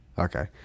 okay